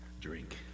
Drink